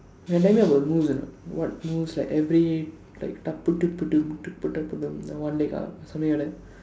can tell me about the moves or not what moves like every like one leg up something like that